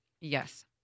Yes